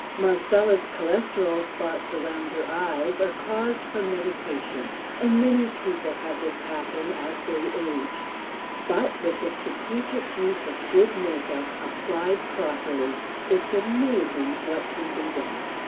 marcella's cholesterol spots around her eyes are caused from medication and many people have this happen as they age but with the strategic use of good makeup applied properly it's amazing what can be done.